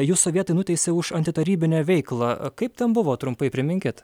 jus sovietai nuteisė už antitarybinę veiklą kaip ten buvo trumpai priminkit